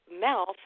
mouth